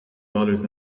dollars